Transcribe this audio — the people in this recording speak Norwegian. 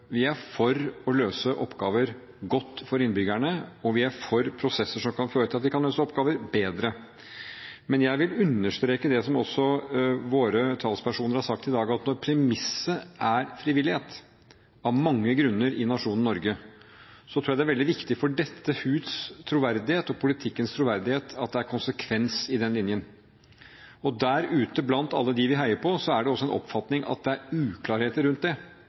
Vi er for å løse oppgaver godt for innbyggerne, og vi er for prosesser som kan føre til at vi kan løse oppgaver bedre. Men jeg vil understreke det som også våre talspersoner har sagt i dag, at når premisset er frivillighet, av mange grunner i nasjonen Norge, tror jeg det er veldig viktig for dette husets troverdighet og politikkens troverdighet at det er konsekvens i den linjen. Der ute blant alle dem vi heier på, er det en oppfatning av at det er uklarhet rundt det,